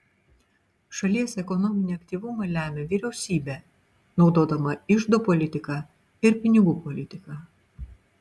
šalies ekonominį aktyvumą lemia vyriausybė naudodama iždo politiką ir pinigų politiką